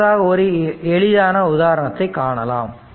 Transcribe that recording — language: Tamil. அடுத்ததாக ஒரு எளிதான உதாரணத்தை பார்க்கலாம்